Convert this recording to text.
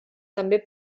també